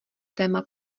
téma